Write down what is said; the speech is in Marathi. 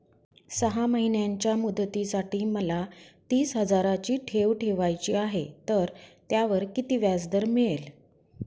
सहा महिन्यांच्या मुदतीसाठी मला तीस हजाराची ठेव ठेवायची आहे, तर त्यावर किती व्याजदर मिळेल?